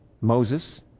Moses